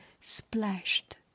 splashed